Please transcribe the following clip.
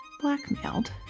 blackmailed